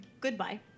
Goodbye